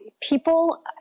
people